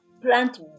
Plant